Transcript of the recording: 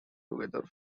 together